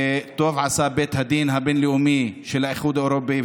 וטוב עשה בית הדין הבין-לאומי של האיחוד האירופי,